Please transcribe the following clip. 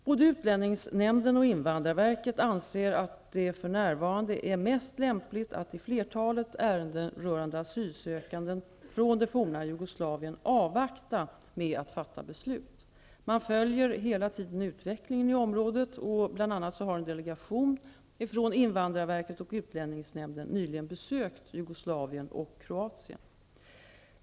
Både utlänningsnämnden och invandrarverket anser att det för närvarande är mest lämpligt att i flertalet ärenden rörande asylsökande från det forna Jugoslavien avvakta med att fatta beslut. Man följer hela tiden utvecklingen i området. Bl.a. har en delegation från invandrarverket och utlänningsnämnden nyligen besökt Jugoslavien och Kroatien.